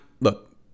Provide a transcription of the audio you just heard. look